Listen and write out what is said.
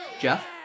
Jeff